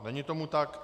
Není tomu tak.